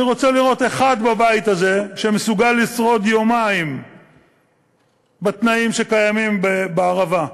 אני רוצה לראות אחד בבית הזה שמסוגל לשרוד יומיים בתנאים שקיימים בערבה.